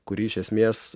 kuri iš esmės